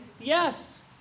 yes